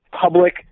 public